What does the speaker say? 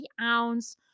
ounce